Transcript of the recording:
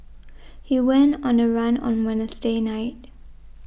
he went on the run on Wednesday night